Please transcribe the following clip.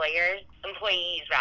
employees